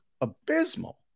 abysmal